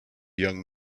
young